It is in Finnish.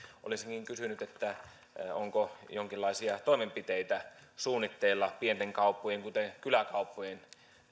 olisinkin kysynyt onko jonkinlaisia toimenpiteitä suunnitteilla pienten kauppojen kuten kyläkauppojen